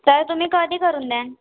तर तुम्ही कधी करून द्यान